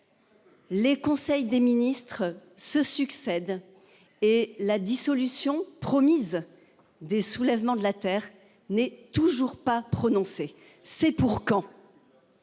Les conseils des ministres se succèdent et la dissolution promise. Des soulèvements de la Terre n'est toujours pas prononcé. C'est pour quand.